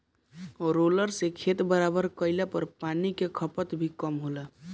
roller से खेत बराबर कइले पर पानी कअ खपत भी कम होला